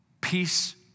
Peace